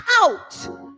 out